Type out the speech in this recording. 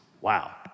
Wow